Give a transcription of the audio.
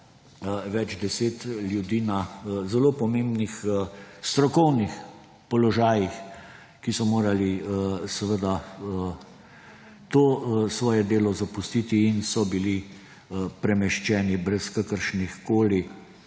več deset ljudi na zelo pomembnih strokovnih položajih, ki so seveda morali to svoje delo zapustiti in so bili premeščeni brez kakršnihkoli